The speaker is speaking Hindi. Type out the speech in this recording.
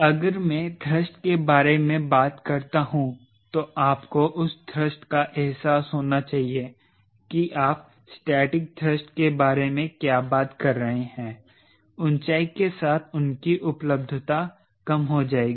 अगर मैं थ्रस्ट के बारे में बात करता हूं तो आपको उस थ्रस्ट का एहसास होना चाहिए कि आप स्टेटिक थ्रस्ट के बारे में क्या बात कर रहे हैं ऊंचाई के साथ उनकी उपलब्धता कम हो जाएगी